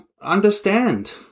understand